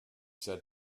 said